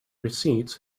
receipts